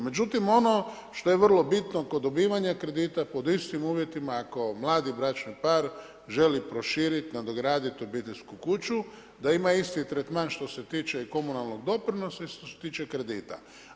Međutim, ono što je vrlo bitno kod dobivanja kredita pod istim uvjetima ako mladi bračni par želi proširiti, nadograditi obiteljsku kuću da ima isti tretman što se tiče i komunalnog doprinosa i što se tiče kredita.